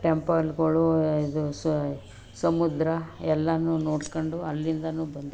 ಟೆಂಪಲ್ಗಳು ಇದು ಸಮುದ್ರ ಎಲ್ಲವೂ ನೋಡ್ಕೊಂಡು ಅಲ್ಲಿಂದಲೂ ಬಂದೋ